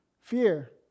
fear